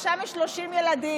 ושם יש 30 ילדים,